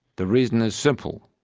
the reason is simple.